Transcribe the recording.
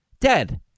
Dead